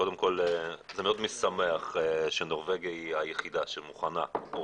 קודם כל זה מאוד משמח שנורבגיה היא היחידה שמוכנה או